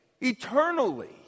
eternally